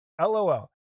LOL